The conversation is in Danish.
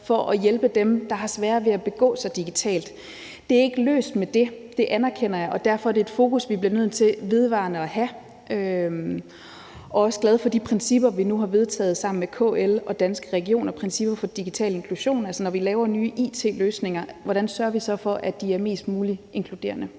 for at hjælpe dem, der har sværere ved at begå sig digitalt. Det er ikke løst med det; det anerkender jeg. Derfor er det et fokus, vi bliver nødt til vedvarende at have. Jeg er også glad for de principper for digital inklusion, vi nu har vedtaget sammen med KL og Danske Regioner. Altså, hvordan sørger vi for, at når vi laver nye it-løsninger, er de mest muligt inkluderende?